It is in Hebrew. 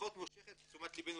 מושך את תשומת ליבנו